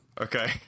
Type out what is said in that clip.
Okay